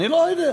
אני לא יודע.